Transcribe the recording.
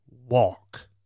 walk